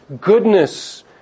goodness